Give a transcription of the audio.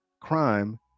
crime